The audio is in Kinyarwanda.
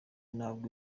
ntabwo